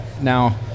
Now